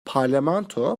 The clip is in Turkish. parlamento